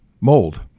mold